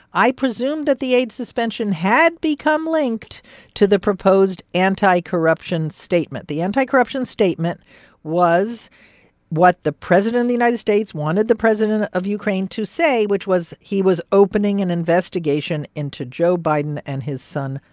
i presumed that the aid suspension had become linked to the proposed anti-corruption statement. the anti-corruption statement was what the president of the united states wanted the president of ukraine to say, which was he was opening an investigation into joe biden and his son,